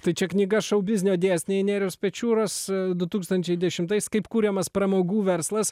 tai čia knyga šou biznio dėsniai nėriaus pečiūros du tūkstančiai dešimtais kaip kuriamas pramogų verslas